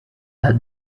had